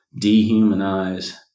dehumanize